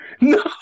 No